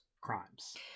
crimes